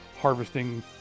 harvesting